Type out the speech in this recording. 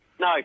No